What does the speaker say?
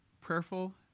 prayerful